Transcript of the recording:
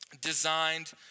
designed